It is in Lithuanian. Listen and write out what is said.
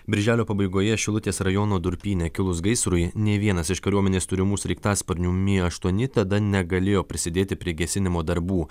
birželio pabaigoje šilutės rajono durpyne kilus gaisrui nei vienas iš kariuomenės turimų sraigtasparnių mi aštuoni tada negalėjo prisidėti prie gesinimo darbų